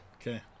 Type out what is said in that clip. Okay